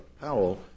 Powell